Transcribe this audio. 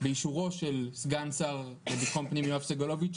באישורו של סגן השר לביטחון הפנים יואב סגלוביץ',